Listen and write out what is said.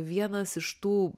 vienas iš tų